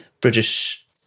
British